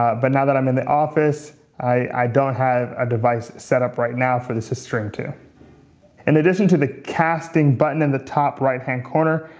but now that i'm in the office, i don't have a device set up right now for this so to in addition to the casting button in the top right-hand corner,